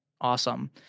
awesome